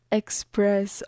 express